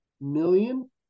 million